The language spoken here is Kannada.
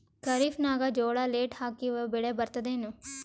ಖರೀಫ್ ನಾಗ ಜೋಳ ಲೇಟ್ ಹಾಕಿವ ಬೆಳೆ ಬರತದ ಏನು?